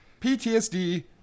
PTSD